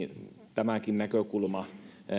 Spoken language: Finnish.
tämäkin näkökulma